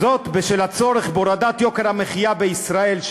זאת בשל הצורך בהורדת יוקר המחיה בישראל,